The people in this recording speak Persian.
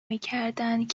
میکردند